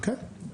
כן.